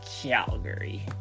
Calgary